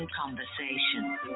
conversation